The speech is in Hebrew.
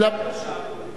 למה זה עלה רק עכשיו?